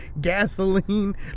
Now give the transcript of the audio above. Gasoline